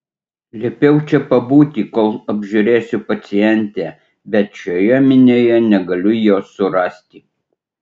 liepiau čia pabūti kol apžiūrėsiu pacientę bet šioje minioje negaliu jos surasti